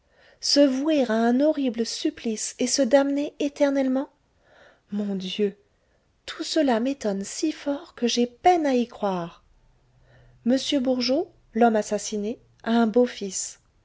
se vouer à un horrible supplice et se damner éternellement mon dieu tout cela m'étonne si fort que j'ai peine à y croire m bourgeot l'homme assassiné a un